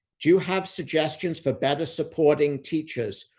do you have suggestions for better supporting teachers?